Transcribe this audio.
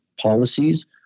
policies